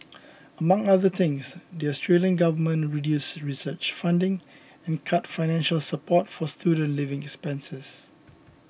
among other things the Australian government reduced research funding and cut financial support for student living expenses